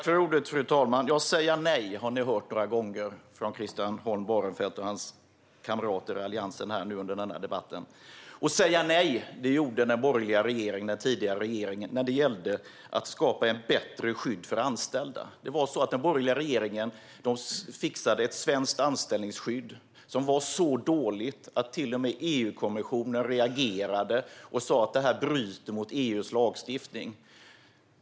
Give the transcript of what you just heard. Fru talman! Vi har några gånger under denna debatt hört Christian Holm Barenfeld och hans kamrater i Alliansen tala om att säga nej. Säga nej gjorde också den tidigare borgerliga regeringen när det gällde att skapa ett bättre skydd för anställda. Den borgerliga regeringen fixade ett svenskt anställningsskydd som var så dåligt att till och med EU-kommissionen reagerade och sa att det bröt mot EU:s lagstiftning.